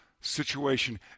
situation